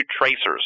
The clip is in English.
tracers